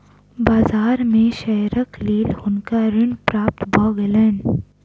बाजार में शेयरक लेल हुनका ऋण प्राप्त भ गेलैन